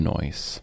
Noise